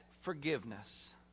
forgiveness